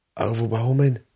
overwhelming